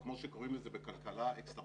או כמו שקוראים לזה בכלכלה externalities,